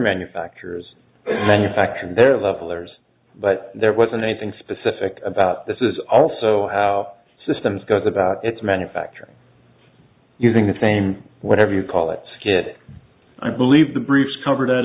manufacturers manufacture their levelers but there wasn't anything specific about this is also how systems goes about its manufacturing you think the fame whatever you call it kid i believe the briefs cover that